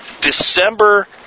December